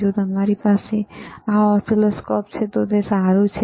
જો તમારી પાસે આ ઓસિલોસ્કોપ છે તો તે સારું છે